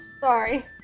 Sorry